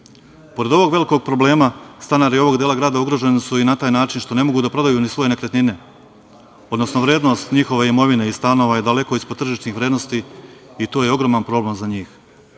buka. Pored ovog velikog problema, stanari ovog dela grada ugroženi su i na taj način što ne mogu da prodaju ni svoje nekretnine, odnosno vrednost njihove imovine i stanova je daleko ispod tržišnih vrednosti i to je ogroman problem za njih.